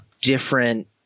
different